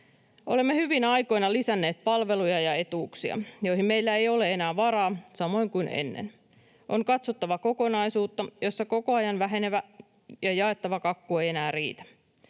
Olemme hyvinä aikoina lisänneet palveluja ja etuuksia, joihin meillä ei ole enää varaa samoin kuin ennen. On katsottava kokonaisuutta, jossa koko ajan vähenevä ja jaettava kakku ei enää riitä.